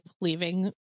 leaving